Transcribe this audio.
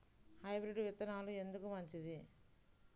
Hybrid విత్తనాలు ఎందుకు మంచిది?